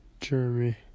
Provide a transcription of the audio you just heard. Jeremy